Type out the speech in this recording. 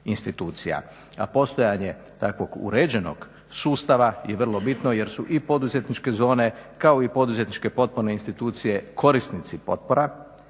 a postojanje takvog uređenog sustava je vrlo bitno jer su i poduzetničke zone, kao i poduzetničke potporne institucije korisnici potpora